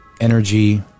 energy